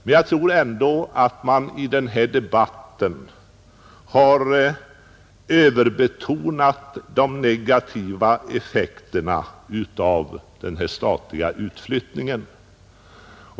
Men jag tror ändå att man i denna debatt har överbetonat de negativa effekterna av denna statliga utflyttning.